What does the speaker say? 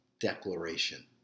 declaration